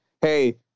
hey